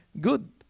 good